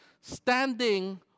Standing